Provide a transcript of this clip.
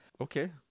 Okay